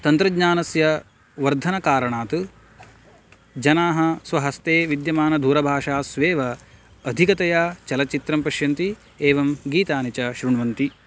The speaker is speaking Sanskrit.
तन्त्रज्ञानस्य वर्धनकारणात् जनाः स्वहस्ते विद्यमान्दूरभाषास्वेव अधिकतया चलच्चित्रं पश्यन्ति एवं गीतानि च श्रुण्वन्ति